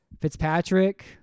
Fitzpatrick